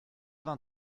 vingt